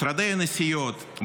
משרדי הנסיעות,